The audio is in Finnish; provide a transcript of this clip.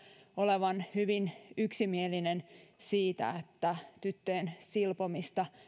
olevan hyvin yksimielinen siitä että tyttöjen silpomista